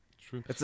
True